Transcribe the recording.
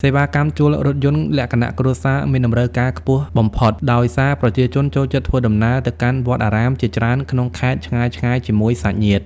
សេវាកម្មជួលរថយន្តលក្ខណៈគ្រួសារមានតម្រូវការខ្ពស់បំផុត ដោយសារប្រជាជនចូលចិត្តធ្វើដំណើរទៅកាន់វត្តអារាមជាច្រើនក្នុងខេត្តឆ្ងាយៗជាមួយសាច់ញាតិ។